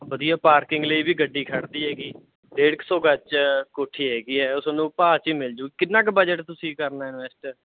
ਵਧੀਆ ਪਾਰਕਿੰਗ ਲਈ ਵੀ ਗੱਡੀ ਖੜ੍ਹਦੀ ਹੈਗੀ ਡੇਢ ਕੁ ਸੌ ਗਜ ਕੋਠੀ ਹੈਗੀ ਹੈ ਉਹ ਤੁਹਾਨੂੰ ਭਾਅ 'ਚ ਮਿਲ ਜਾਊ ਕਿੰਨਾ ਕੁ ਬਜਟ ਤੁਸੀਂ ਕਰਨਾ ਇਨਵੈਸਟ